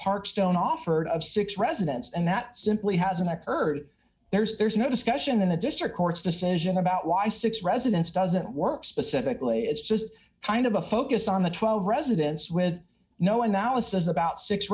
harks stone offered of six residents and that simply hasn't occurred there's there's no discussion in the district court's decision about why six residents doesn't work specifically it's just kind of a focus on the twelve residents with no analysis about six